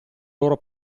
loro